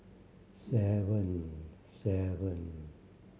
seven seven